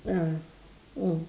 ah mm